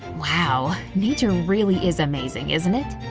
wow, nature really is amazing, isn't it?